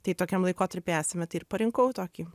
tai tokiam laikotarpy esame tai ir parinkau tokį